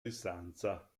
distanza